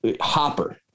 Hopper